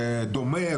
דומה,